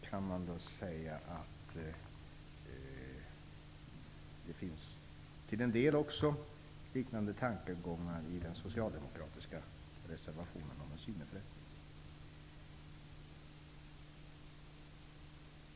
Man kan då säga att det till en del också finns liknande tankegångar i den socialdemokratiska reservationen om en syneförrättning.